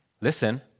listen